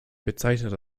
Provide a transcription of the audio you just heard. bezeichnete